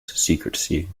secrecy